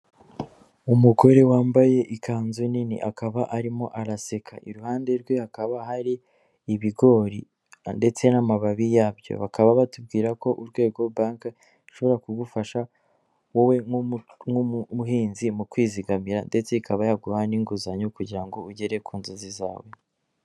Umugore wambaye ikanzu nini, akaba arimo araseka, iruhande rwe hakaba hari ibigori ndetse n'amababi yabyo, bakaba batubwira ko urwego banki rushobora kugufasha wowe nk'umuhinzi mu kwizigamira ndetse ikaba yaguha n'inguzanyo kugira ngo ugere ku nzozi zawe.